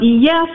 yes